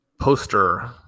poster